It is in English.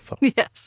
Yes